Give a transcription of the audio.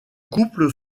couple